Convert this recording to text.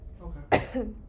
Okay